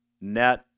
net